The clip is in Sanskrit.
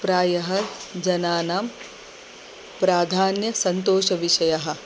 प्रायः जनानां प्राधान्यसन्तोषविषयः